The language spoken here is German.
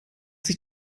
sich